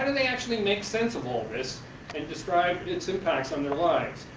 and they actually make sense of all of this and describe its impacts on their lives?